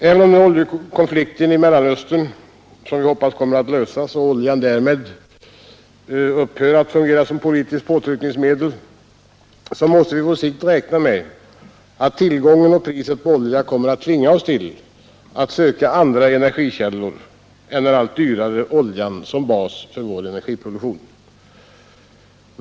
Även om konflikten i Mellanöstern, som vi hoppas, kommer att lösas och oljan därmed kommer att upphöra att fungera som politiskt påtryckningsmedel, måste vi på sikt räkna med att tillgången och priset på olja kommer att tvinga oss att söka andra energikällor som bas för vår framtida energiproduktion än den allt dyrare oljan.